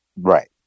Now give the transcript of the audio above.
right